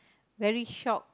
very shocked